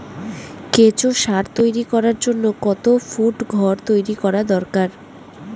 কেঁচো সার তৈরি করার জন্য কত ফুট ঘর তৈরি করা দরকার?